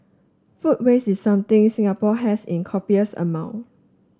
food waste is something Singapore has in copious amounts